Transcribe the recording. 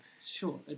sure